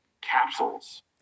capsules